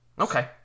Okay